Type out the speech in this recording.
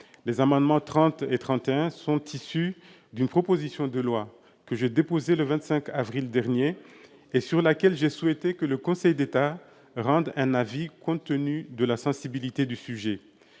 rectifié et 31 rectifié sont issus d'une proposition de loi que j'ai déposée le 25 avril dernier et sur laquelle j'ai souhaité que le Conseil d'État rende un avis, compte tenu de la sensibilité du sujet.